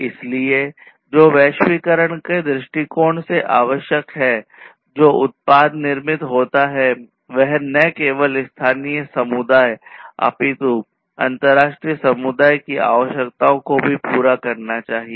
इसलिए जो वैश्वीकरण के दृष्टिकोण से है आवश्यक है जो उत्पाद निर्मित होता है वह न केवल स्थानीय समुदाय अपितु अंतर्राष्ट्रीय समुदाय की आवश्यकताओं को भी पूरा करना चाहिए